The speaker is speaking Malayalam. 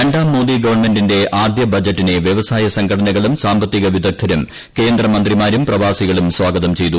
രണ്ടാം മോദി ഗവൺമെന്റിന്റെ ആദ്യ ബജറ്റിനെ വൃവസായ സംഘടനകളും സാമ്പത്തിക വിദഗ്ദ്ധരും കേന്ദ്രമന്ത്രിമാരും പ്രവാസികളും സ്വാഗതം ചെയ്തു